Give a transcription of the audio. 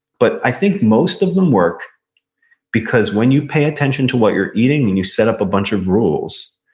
but i think most of them work because when you pay attention to what you're eating, and you set up a bunch of rules,